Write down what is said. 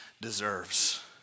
deserves